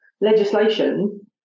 legislation